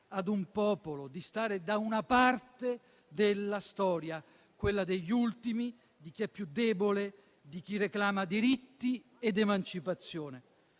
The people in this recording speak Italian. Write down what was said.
ad un popolo, di stare da una parte della storia, quella degli ultimi, di chi è più debole, di chi reclama diritti ed emancipazione.